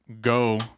go